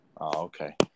Okay